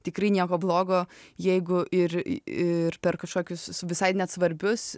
tikrai nieko blogo jeigu ir ir per kažkokius visai net svarbius